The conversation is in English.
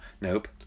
nope